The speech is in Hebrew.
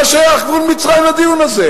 מה שייך גבול מצרים לדיון הזה?